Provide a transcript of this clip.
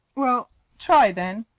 well try, then.